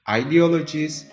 ideologies